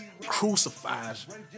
crucifies